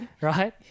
right